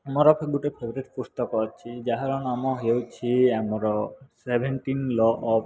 ମୋର ଗୋଟେ ଫେବେରେଟ୍ ପୁସ୍ତକ ଅଛି ଯାହାର ନାମ ହେଉଛି ଆମର ସେଭେନଣ୍ଟିନ୍ ଲ ଅଫ୍